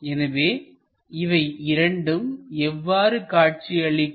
எனவே இவை இரண்டும் எவ்வாறு காட்சியளிக்கும்